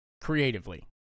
creatively